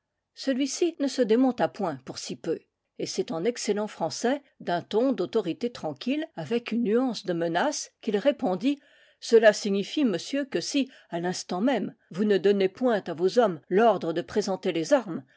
celui-ci ne se démonta point pour si peu et c'est en excellent français d'un ton d'autorité tranquille avec une nuance de menace qu'il répondit cela signifie monsieur que si à l'instant même vous ne donnez point à vos hommes l'ordre de présenter les armes